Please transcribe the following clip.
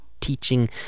teaching